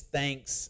thanks